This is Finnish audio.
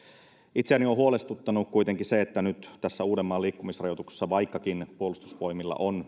itseäni on huolestuttanut kuitenkin nyt tässä uudenmaan liikkumisrajoituksessa se että vaikkakin puolustusvoimilla on